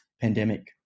pandemic